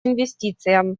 инвестициям